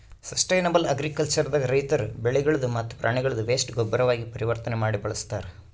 sustainable agriculture ದಾಗ ರೈತರ್ ಬೆಳಿಗಳ್ದ್ ಮತ್ತ್ ಪ್ರಾಣಿಗಳ್ದ್ ವೇಸ್ಟ್ ಗೊಬ್ಬರಾಗಿ ಪರಿವರ್ತನೆ ಮಾಡಿ ಬಳಸ್ತಾರ್